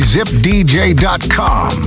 ZipDJ.com